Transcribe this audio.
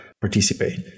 participate